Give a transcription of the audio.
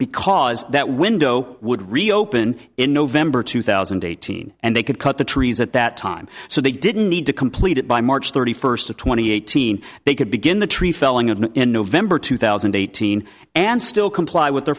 because that window would reopen in november two thousand and eighteen and they could cut the trees at that time so they didn't need to complete it by march thirty first to twenty eighteen they could begin the tree felling and in november two thousand and eighteen and still comply with their